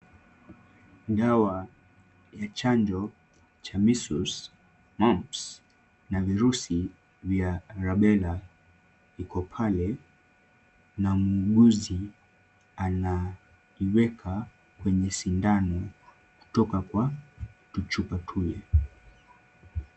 Dawa ya chanjo cha measles, mumps na virusi vya rubella iko pale na muuguzi anaiweka kwenye sindano kutoka kwa chupa.